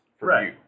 Right